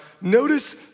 notice